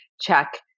check